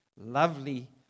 lovely